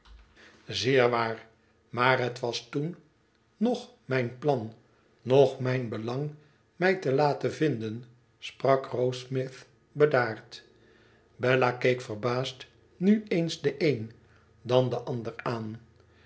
zeer waar maar het was toen noch mijn plan noch mijn belang mij te laten vinden sprak rokesmith bedaard bella keek verbaasd nu eens den een dan den ander aan